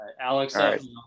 Alex